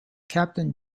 captain